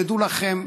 תדעו לכם,